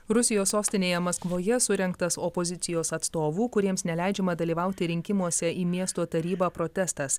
rusijos sostinėje maskvoje surengtas opozicijos atstovų kuriems neleidžiama dalyvauti rinkimuose į miesto tarybą protestas